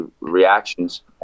reactions